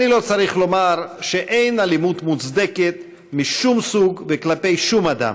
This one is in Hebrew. אני לא צריך לומר שאין אלימות מוצדקת משום סוג וכלפי שום אדם,